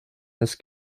his